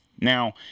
Now